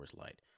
Light